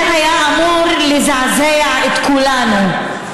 זה היה אמור לזעזע את כולנו.